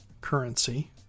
currency